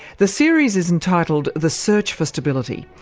the series is entitled the search for stability,